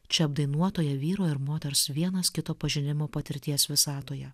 čia apdainuotoje vyro ir moters vienas kito pažinimo patirties visatoje